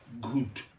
good